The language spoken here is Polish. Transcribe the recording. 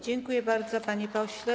Dziękuję bardzo, panie pośle.